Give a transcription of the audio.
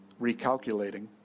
recalculating